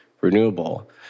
renewable